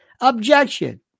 Objection